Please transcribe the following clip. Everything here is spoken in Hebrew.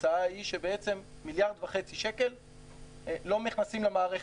התוצאה היא ש-1.5 מיליארד שקל לא נכנסים למערכת.